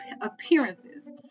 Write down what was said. appearances